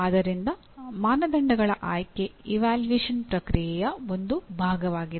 ಆದ್ದರಿಂದ ಮಾನದಂಡಗಳ ಆಯ್ಕೆ ಇವ್ಯಾಲ್ಯೂಯೇಷನ್ ಪ್ರಕ್ರಿಯೆಯ ಒಂದು ಭಾಗವಾಗಿದೆ